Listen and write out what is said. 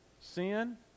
sin